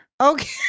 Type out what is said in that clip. Okay